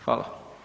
Hvala.